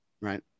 Right